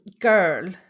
girl